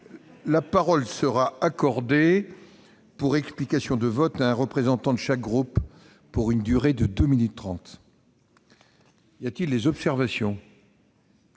la parole sera accordée pour explication de vote à un représentant de chaque groupe pour une durée de deux minutes trente. Il n'y a pas d'observation ?